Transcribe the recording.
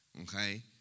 Okay